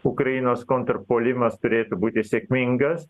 ukrainos kontrpuolimas turėtų būti sėkmingas